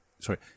Sorry